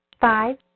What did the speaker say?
Five